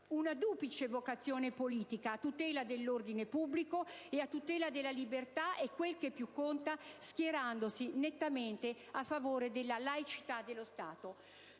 una duplice vocazione politica a tutela dell'ordine pubblico e a tutela della libertà e, quel che più conta, schierandosi nettamente a favore della laicità dello Stato.